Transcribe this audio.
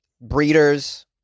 breeders